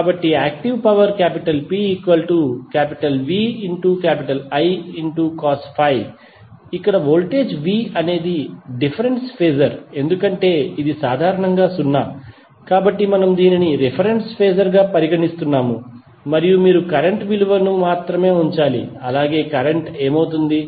కాబట్టి active power P VI cos φ ఇక్కడ voltage V అనేది ఒక డిఫరెన్స్ ఫేజర్ ఎందుకంటే ఇది సాధారణంగా 0 కాబట్టి మనము దీనిని రిఫరెన్స్ ఫేజర్ గా పరిగణిస్తున్నాము మరియు మీరు కరెంట్ విలువను మాత్రమే ఉంచాలి అలాగే కరెంట్ ఏమవుతుంది